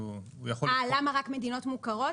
אה, למה רק מדינות מוכרות?